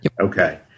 Okay